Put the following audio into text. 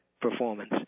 performance